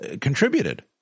contributed –